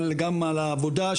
גם על העבודה,